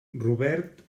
robert